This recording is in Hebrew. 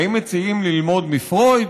האם מציעים ללמוד מפרויד?